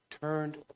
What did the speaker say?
turned